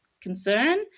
concern